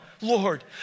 Lord